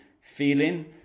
feeling